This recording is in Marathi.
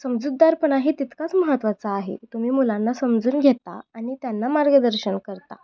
समजूतदारपणाही तितकाच महत्त्वाचा आहे तुम्ही मुलांना समजून घेता आणि त्यांना मार्गदर्शन करता